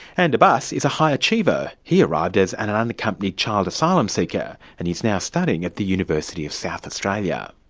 and abbas is a high achiever who arrived as and an unaccompanied child asylum seeker. and he's now studying at the university of south australia.